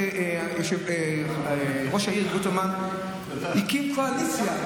ראש העיר גוטרמן הקים קואליציה,